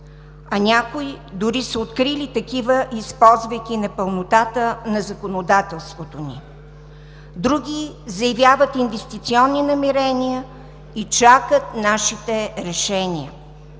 а някои дори са открили такива, използвайки непълнотата на законодателството ни. Други заявяват инвестиционни намерения и чакат нашите решения,